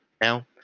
now